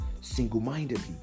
single-mindedly